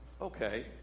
Okay